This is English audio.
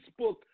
Facebook